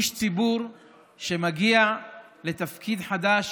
איש ציבור שמגיע לתפקיד חדש,